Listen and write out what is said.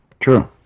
True